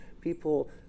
people